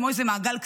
כמו במעגל קסמים,